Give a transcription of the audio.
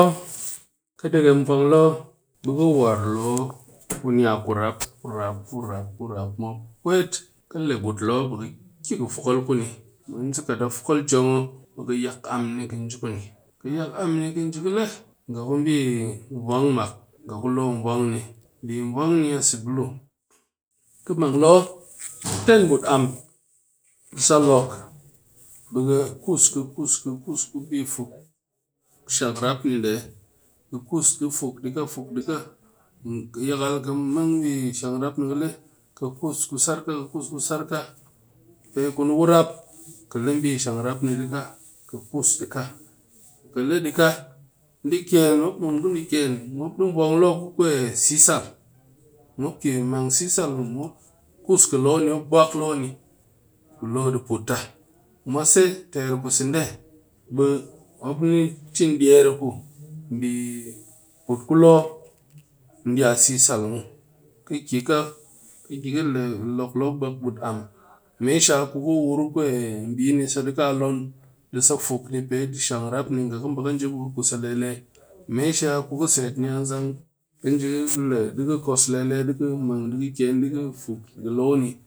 Kɨ deghem vwang loo, bɨ ka war loo kuni naa ku rap ku rap ku rap mop wet ki le but lo bi ka kɨ ka fokol kuni mwense kat a fokol jong oc bɨ ka yak am ni ka nji kuni yak am ni ka nji le nga ku bi vwang mak nga ku lo vwang ni bi vwang ni a sebulu ka mang loo ten but am sa louk bi ki kuus kɨ kuus-kuus ku bi fuuk ku bi shang rap ni nde ka kuus-kuus di fuuk di ka yakal ki mang bi shang rap ni ɗi ka kuus ku sar ka pe kuni ku rap kɨ le bi shang rap ni di ka, ka kuus di kaa ka le di ka mop mun kun di ken mop di vwang loo ku sesal mop ke mang sesal mop kuus kɨ loo mop buaka loo ni bɨ loo di put taa, mwase ter ku sende bɨ mop ni chin deyer ku bi put ku loo diya sesal muw, kɨ ka ka ki ka louck but am me she sha ku ka wur kwe bi naa lo'on di sa fuuk di shang rap ni nga bi ka baka kus a lele me shi ka set a zang dang de ngap